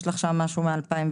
יש לך שם משהו מ-2020.